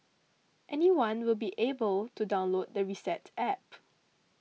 anyone will be able to download the Reset App